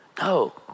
No